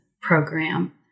program